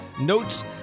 notes